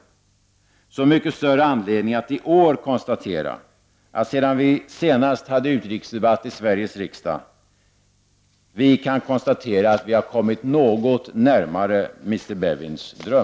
Det finns så mycket större anledning att i år konstatera att vi sedan vi senast hade utrikesdebatt i Sveriges riksdag har kommit något närmare Ernest Bevins dröm.